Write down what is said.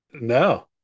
No